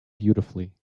beautifully